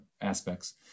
aspects